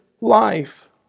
life